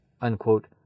unquote